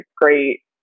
great